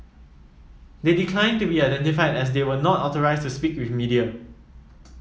they declined to be identified as they were not authorised to speak with media